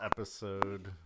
Episode